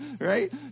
Right